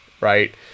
right